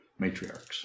matriarchs